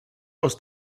aus